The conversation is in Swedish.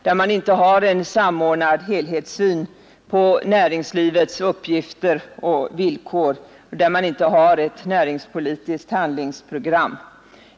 Man har i denna inte en samordnad helhetssyn på näringslivets uppgifter och villkor, man har inte något näringspolitiskt handlingsprogram.